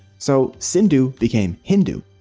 so sindhu became hindu.